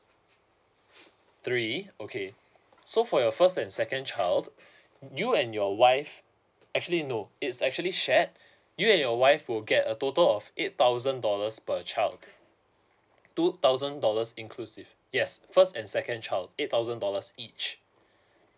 three okay so for your first and second child you and your wife actually no it's actually shared you and your wife will get a total of eight thousand dollars per child two thousand dollars inclusive yes first and second child eight thousand dollars each